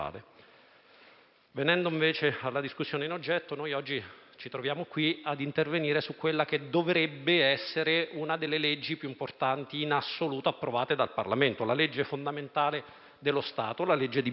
Venendo alla discussione in oggetto, oggi ci troviamo a intervenire su quella che dovrebbe essere una delle leggi più importanti in assoluto approvate dal Parlamento, quella fondamentale dello Stato: la legge di bilancio.